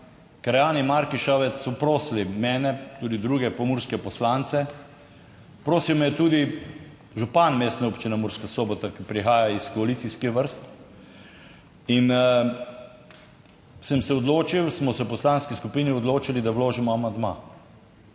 Krajani Markešavec so prosili mene, tudi druge pomurske poslance, prosil me je tudi župan mestne občine Murska Sobota, ki prihaja iz koalicijskih vrst, in sem se odločil, smo se v poslanski skupini odločili, da vložimo amandma.